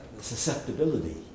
susceptibility